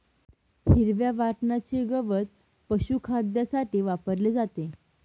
हिरव्या वाटण्याचे गवत पशुखाद्यासाठी वापरले जाते